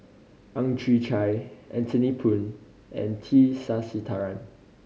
Ang Chwee Chai Anthony Poon and T Sasitharan